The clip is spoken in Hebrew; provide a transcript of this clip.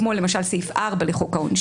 כמו למשל סעיף 4 לחוק העונשין.